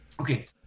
Okay